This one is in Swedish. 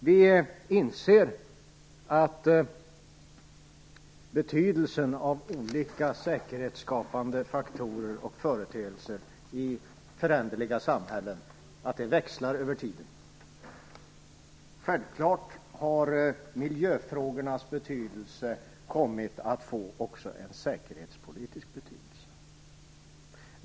Vi inser att betydelsen av olika säkerhetsskapande faktorer och företeelser i föränderliga samhällen växlar över tiden. Självfallet har miljöfrågorna kommit att få också en säkerhetspolitisk betydelse.